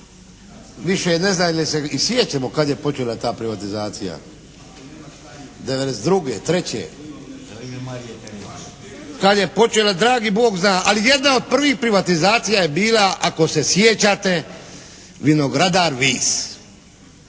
Više ne znam jel se i sjećamo kad je počela ta privatizacija '92., treće. Da li je počela dragi Bog zna, ali jedna od prvih privatizacija je bila ako se sjećate “Vinogradar“ Vis.